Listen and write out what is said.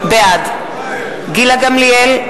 בעד גילה גמליאל,